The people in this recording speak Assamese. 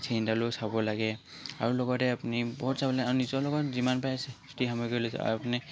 চেইনডালো চাব লাগে আৰু লগতে আপুনি বহুত চাব লাগে আৰু নিজৰ লগত যিমান পাৰে ছেফ্টি সামগ্ৰী লৈ যাব আৰু আপুনি